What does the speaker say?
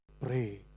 pray